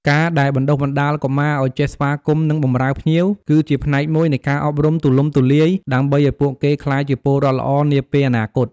ការដែលបណ្តុះបណ្តាលកុមារឲ្យចេះស្វាគមន៍ និងបម្រើភ្ញៀវ គឺជាផ្នែកមួយនៃការអប់រំទូលំទូលាយ ដើម្បីឲ្យពួកគេក្លាយជាពលរដ្ឋល្អនាពេលអនាគត។